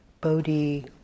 Bodhi